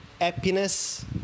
happiness